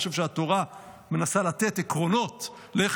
אני חושב שהתורה מנסה לתת עקרונות איך